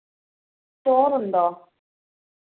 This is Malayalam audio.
ചോറുണ്ടോ